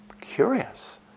Curious